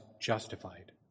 justified